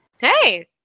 Hey